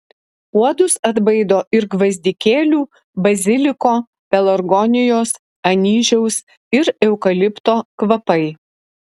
uodus atbaido ir gvazdikėlių baziliko pelargonijos anyžiaus ir eukalipto kvapai